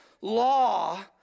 law